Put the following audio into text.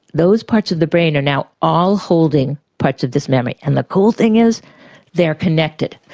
those parts of the brain are now all holding parts of this memory and the cool thing is they are connected.